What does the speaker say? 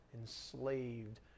Enslaved